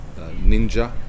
Ninja